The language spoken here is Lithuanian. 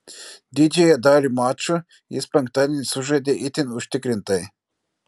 didžiąją dalį mačų jis penktadienį sužaidė itin užtikrintai